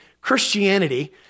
Christianity